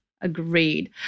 agreed